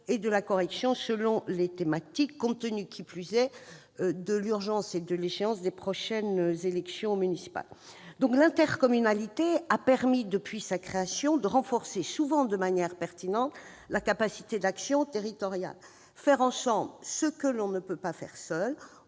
et de la correction selon les thématiques, qui plus est au regard de l'urgence et de l'échéance des prochaines élections municipales. Depuis sa création, l'intercommunalité a permis de renforcer, souvent de manière pertinente, la capacité d'action territoriale. Faire ensemble ce que l'on ne peut faire seul,